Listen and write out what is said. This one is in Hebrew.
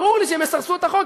ברור לי שהם יסרסו את החוק,